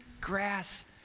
grass